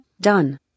Done